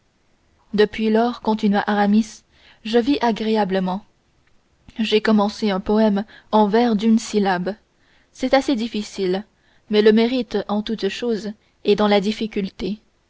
depuis lors continua aramis je vis agréablement j'ai commencé un poème en vers d'une syllabe c'est assez difficile mais le mérite en toutes choses est dans la difficulté